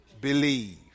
believe